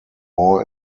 more